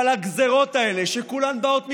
אבל הגזרות האלה, שכולן באות מלמעלה,